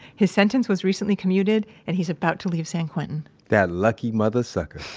his sentence was recently commuted, and he's about to leave san quentin that lucky mother-sucker.